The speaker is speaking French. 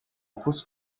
fosse